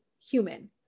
human